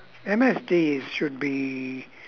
M_S_G is should be